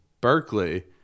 Berkeley